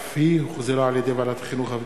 שאף היא הוחזרה על-ידי ועדת החינוך,